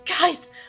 Guys